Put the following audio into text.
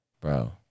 Bro